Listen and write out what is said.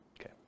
Okay